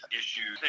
issues